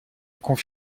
biens